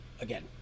again